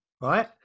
right